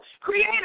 Create